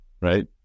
right